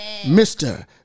Mr